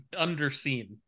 underseen